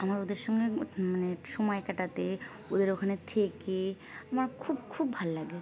আমার ওদের সঙ্গে মানে সময় কাটাতে ওদের ওখানে থেকে আমার খুব খুব ভালো লাগে